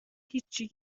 هیچی